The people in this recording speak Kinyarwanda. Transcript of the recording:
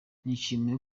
nishimiye